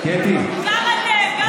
גם אתם, תקווה חדשה.